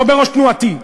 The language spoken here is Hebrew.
לא בראש תנועתי,